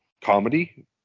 comedy